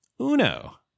Uno